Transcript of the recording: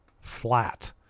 flat